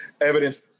evidence